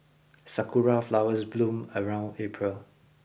sakura flowers bloom around April